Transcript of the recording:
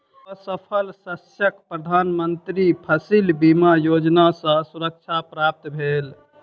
असफल शस्यक प्रधान मंत्री फसिल बीमा योजना सॅ सुरक्षा प्राप्त भेल